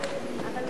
נתקבלו.